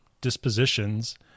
dispositions